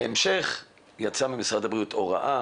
בהמשך יצאה ממשרד הבריאות הוראה